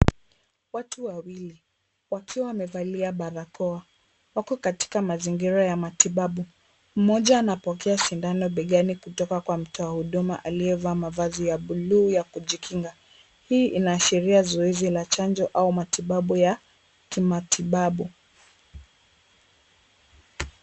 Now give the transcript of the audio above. Watu wawili wakiwa wamevalia barakoa wako katika mazingira ya matibabu. Mmoja anapokea sindano begani kutoka kwa mtoa huduma aliyevaa mavazi ya buluu ya kujikinga. Hii inaashiria zoezi la chanjo au matibabu ya kimatibabu.